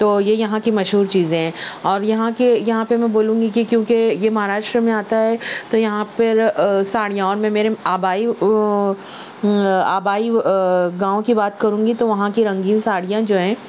تو یہ یہاں کی مشہور چیزیں ہیں اور یہاں کے یہاں پہ میں بولوں گی کہ کیونکہ یہ مہاراشٹر میں آتا ہے تو یہاں پر ساڑیاں اور میرے آبائی آبائی گاؤں کی بات کروں گی تو وہاں کی رنگین ساڑیاں جو ہیں